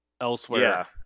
elsewhere